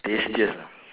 tastiest ah